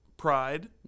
Pride